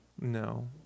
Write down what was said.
No